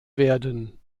werden